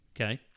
Okay